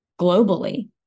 globally